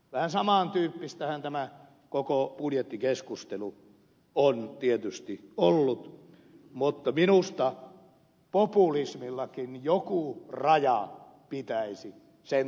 vähän saman tyyppistähän tämä koko budjettikeskustelu on tietysti ollut mutta minusta populismillakin joku raja pitäisi sentään olla